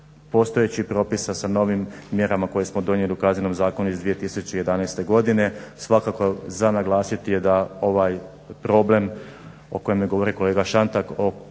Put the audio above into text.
postojećih propisa sa novim mjerama koje smo donijeli u Kaznenom zakonu iz 2011. godine. Svakako za naglasiti je da ovaj problem o kojem je govorio kolega Šantek